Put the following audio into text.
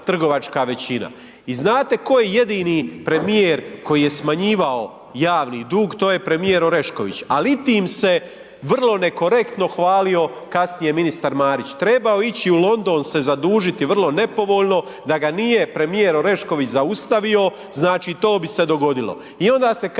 I znate koji je jedini premijer koji je smanjivao javni dug? To je premijer Orešković, ali i tim se vrlo nekorektno hvalio kasnije ministar Marić. Trebao je ići u London se zadužiti vrlo nepovoljno da ga nije premijer Orešković zaustavio to bi se dogodilo. I onda se kasnije